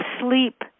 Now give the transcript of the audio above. sleep